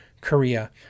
Korea